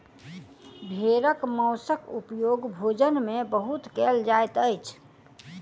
भेड़क मौंसक उपयोग भोजन में बहुत कयल जाइत अछि